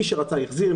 מי שרצה החזיר,